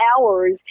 hours